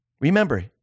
Remember